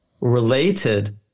related